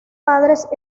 padres